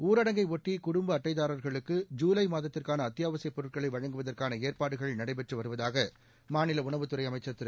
ஊரடங்கை ஒட்டி குடும்ப அட்டைதாரர்களுக்கு ஜூலை மாதத்திற்கான அத்தியாவசியப் பொருட்களை வழங்குவதற்கான ஏற்பாடுகள் நடைபெற்று வருவதாக மாநில உணவுத் துறை அமைச்சர் திரு